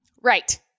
Right